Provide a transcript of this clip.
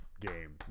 game